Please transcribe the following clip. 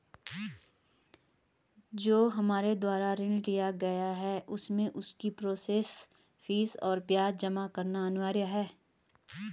जो हमारे द्वारा ऋण लिया गया है उसमें उसकी प्रोसेस फीस और ब्याज जमा करना अनिवार्य है?